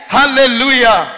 hallelujah